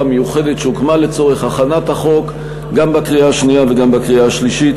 המיוחדת שהוקמה לצורך הכנת החוק גם בקריאה השנייה וגם בקריאה השלישית.